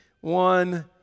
one